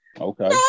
Okay